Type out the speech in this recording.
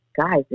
guys